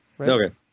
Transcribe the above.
Okay